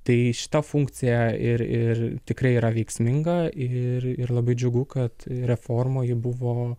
tai šita funkcija ir ir tikrai yra veiksminga ir ir labai džiugu kad reformoj ji buvo